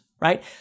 right